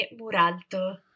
Muralto